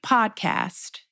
Podcast